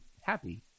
happy